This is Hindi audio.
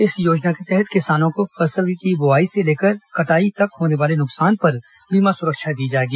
इस योजना के तहत किसानों को फसल की बोआई से लेकर कटाई के बीच होने वाले नुकसान पर बीमा सुरक्षा दी जाएगी